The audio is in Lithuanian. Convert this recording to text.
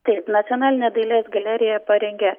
taip nacionalinė dailės galerija parengė